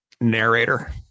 narrator